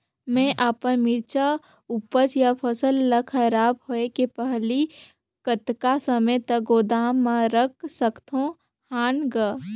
मैं अपन मिरचा ऊपज या फसल ला खराब होय के पहेली कतका समय तक गोदाम म रख सकथ हान ग?